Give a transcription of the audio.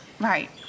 Right